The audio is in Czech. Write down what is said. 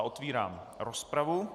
Otvírám rozpravu.